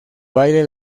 baile